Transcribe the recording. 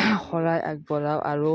শৰাই আগবঢ়াওঁ আৰু